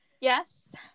yes